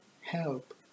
help